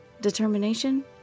Determination